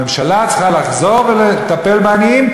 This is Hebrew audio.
הממשלה צריכה לחזור לטפל בעניים.